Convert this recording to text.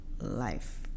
life